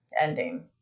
ending